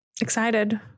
Excited